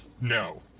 No